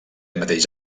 mateix